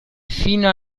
fino